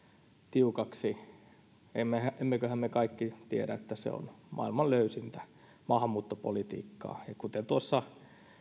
tiukaksi emmeköhän emmeköhän me kaikki tiedä että se on maailman löysintä maahanmuuttopolitiikkaa ja kuten tuossa